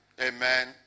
Amen